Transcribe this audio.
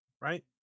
right